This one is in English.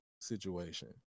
situation